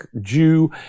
Jew